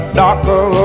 darker